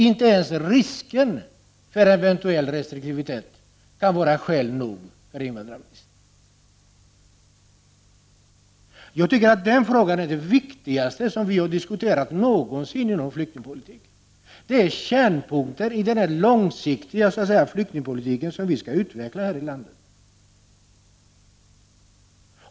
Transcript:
Inte ens risken för en eventuell restriktivitet kan vara skäl nog för invandrarministern! Jag tycker att den frågan är den viktigaste som vi någonsin har diskuterat inom ramen för flyktingpolitiken. Det är kärnpunkten i den långsiktiga flyktingpolitik som vi skall utveckla här i landet.